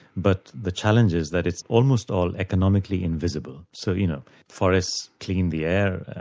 but the challenge is that it's almost all economically invisible. so you know forests clean the air,